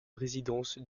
résidence